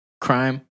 crime